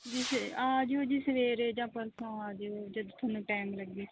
ਜੀ ਸੇ ਆ ਜਿਓ ਜੀ ਸਵੇਰੇ ਜਾਂ ਪਰਸੋਂ ਆ ਜਿਓ ਜਦੋਂ ਤੁਹਾਨੂੰ ਟਾਈਮ ਲੱਗੇ